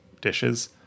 dishes